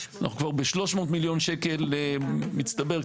אנחנו כבר ב-300,000,000 שקל מצטבר,